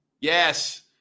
yes